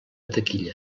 taquilla